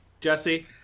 Jesse